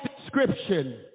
description